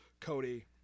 Cody